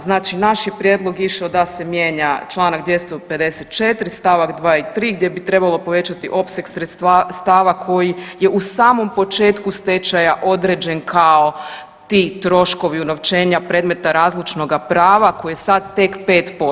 Znači naš je prijedlog išao da se mijenja Članak 254. stavak 2. i 3. gdje bi trebalo povećati opseg sredstava koji je u samom početku stečaja određen kao ti troškovi unovčenja predmeta razlučnoga prava koji je sad tek 5%